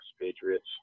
Patriots